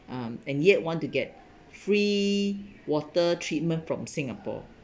um and yet want to get free water treatment from singapore